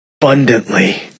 abundantly